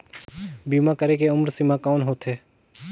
बीमा करे के उम्र सीमा कौन होथे?